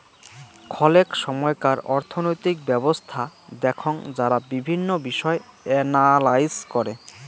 খলেক সময়কার অর্থনৈতিক ব্যবছস্থা দেখঙ যারা বিভিন্ন বিষয় এনালাইস করে